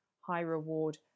high-reward